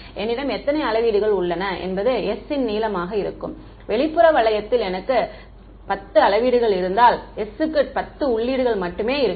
என்னிடம் எத்தனை அளவீடுகள் உள்ளன என்பது s ன் நீளமாக இருக்கும் வெளிப்புற வளையத்தில் எனக்கு 10 அளவீடுகள் இருந்தால் s க்கு 10 உள்ளீடுகள் மட்டுமே இருக்கும்